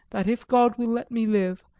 that if god will let me live,